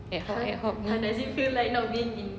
ad hoc ad hoc me